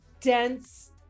dense